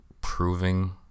proving